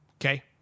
Okay